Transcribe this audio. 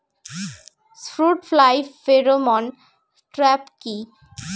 Fruit fly pheromone trap কি?